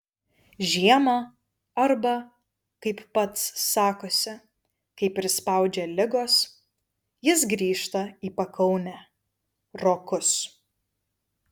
žiemą arba kaip pats sakosi kai prispaudžia ligos jis grįžta į pakaunę rokus